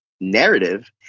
narrative